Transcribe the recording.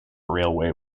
railway